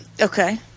Okay